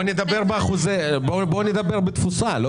בוא נדבר בתפוסה.